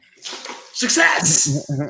success